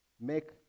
make